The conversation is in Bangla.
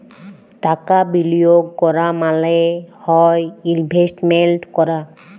টাকা বিলিয়গ ক্যরা মালে হ্যয় ইলভেস্টমেল্ট ক্যরা